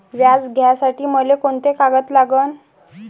व्याज घ्यासाठी मले कोंते कागद लागन?